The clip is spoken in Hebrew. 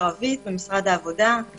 שלוש דקות גג.